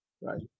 right